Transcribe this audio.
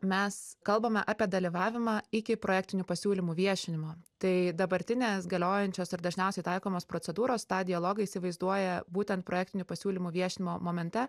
mes kalbame apie dalyvavimą iki projektinių pasiūlymų viešinimo tai dabartinės galiojančios ir dažniausiai taikomos procedūros tą dialogą įsivaizduoja būtent projektinių pasiūlymų viešinimo momente